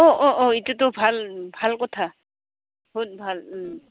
অঁ অঁ অঁ এইটোতো ভাল ভাল কথা বহুত ভাল